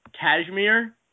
cashmere